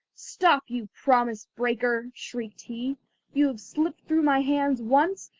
stop, you promise-breaker shrieked he you have slipped through my hands once,